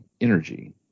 energy